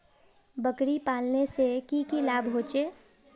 बकरी पालने से की की लाभ होचे?